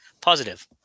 positive